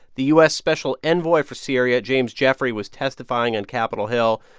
the u s. special envoy for syria, james jeffrey, was testifying on capitol hill.